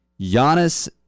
Giannis